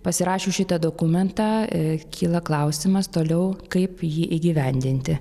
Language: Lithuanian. pasirašius šitą dokumentą kyla klausimas toliau kaip jį įgyvendinti